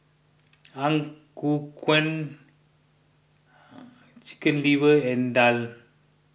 Ang Ku Kueh Chicken Liver and Daal